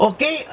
Okay